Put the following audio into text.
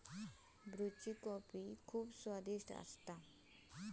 ब्रुची कॉफी खुप स्वादिष्ट असता